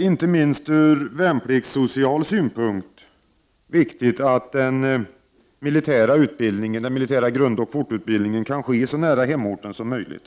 Inte minst ur värnpliktssocial synpunkt är det viktigt att den militära grundoch fortutbildningen kan ske så nära hemorten som möjligt.